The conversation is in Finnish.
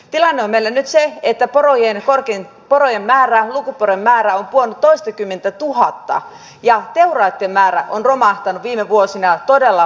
tilanne on meillä nyt se että lukuporojen määrä on pudonnut toistakymmentätuhatta ja teuraitten määrä on romahtanut viime vuosina todella alas